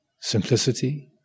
simplicity